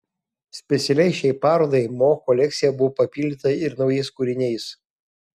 specialiai šiai parodai mo kolekcija buvo papildyta ir naujais kūriniais